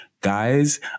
guys